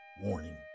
Warning